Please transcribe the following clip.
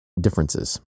differences